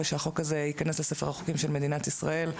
ושהחוק הזה ייכנס לספר החוקים של מדינת ישראל.